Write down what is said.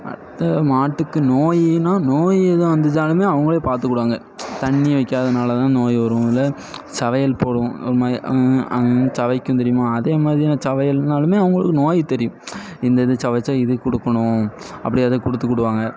அடுத்து மாட்டுக்கு நோயினா நோய் ஏதுவும் வந்துச்சாலும் அவங்களே பார்த்துக்குடுவாங்க தண்ணி வைக்காதனால தான் நோய் வரும்ல சவையல் போடும் ஒருமாதிரிய உங் அங் சவைக்கும் தெரியுமா அதேமாதிரியே சவையல்னாலும் அவங்களுக்கு நோய் தெரியும் இந்த இது சவைச்சால் இது கொடுக்கணும் அப்படி அதை கொடுத்துக்குடுவாங்க